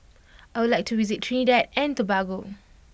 I would like to visit Trinidad and Tobago